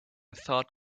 thought